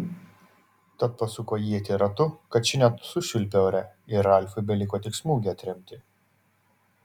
tad pasuko ietį ratu kad ši net sušvilpė ore ir ralfui beliko tik smūgį atremti